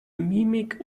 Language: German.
mimik